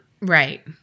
Right